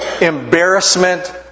embarrassment